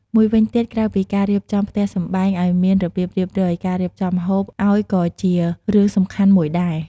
មួយវិញទៀតក្រៅពីការរៀបចំផ្ទះសម្បែងឲ្យមានរបៀបរៀបរយ ការរៀបចំម្ហូបឲ្យក៏ជារឿងសំខាន់មួយដែរ ។